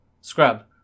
Scrub